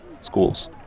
schools